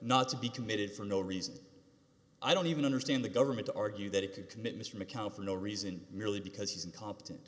not to be committed for no reason i don't even understand the government to argue that it could commit mr mccown for no reason merely because he's incomp